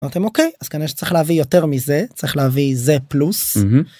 אתם אוקיי אז כנראה שצריך להביא יותר מזה צריך להביא זה פלוס.